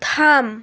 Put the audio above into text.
থাম